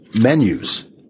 menus